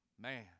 Man